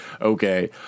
Okay